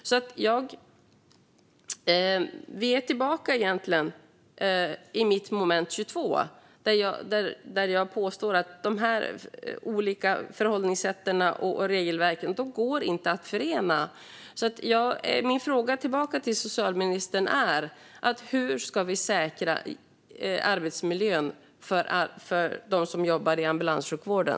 Vi är egentligen tillbaka i mitt moment 22, där jag påstår att de olika förhållningssätten och regelverken inte går att förena. Min fråga tillbaka till socialministern är: Hur ska vi säkra arbetsmiljön för dem som jobbar i ambulanssjukvården?